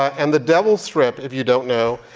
and the devil strip, if you don't know,